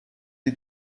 die